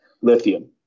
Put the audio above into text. lithium